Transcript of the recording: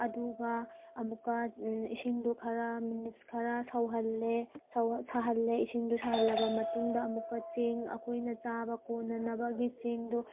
ꯑꯗꯨꯒ ꯑꯃꯨꯛꯀ ꯏꯁꯤꯡꯗꯣ ꯈꯔ ꯃꯤꯅꯤꯠꯁ ꯈꯔ ꯁꯧꯍꯜꯂꯦ ꯁꯥꯍꯜꯂꯦ ꯏꯁꯤꯡꯗꯣ ꯁꯥꯍꯜꯂꯕ ꯃꯇꯨꯡꯗ ꯑꯃꯨꯛꯀ ꯆꯦꯡ ꯑꯩꯈꯣꯏꯅ ꯆꯥꯕ ꯀꯣꯟꯅꯅꯕꯒꯤ ꯆꯦꯡꯗꯣ